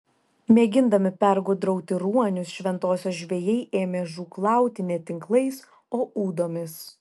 mėgindami pergudrauti ruonius šventosios žvejai ėmė žūklauti ne tinklais o ūdomis